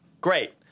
great